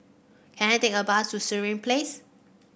can I take a bus to Sireh Place